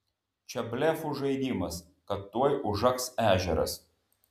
čia blefų žaidimas kad tuoj užaks ežeras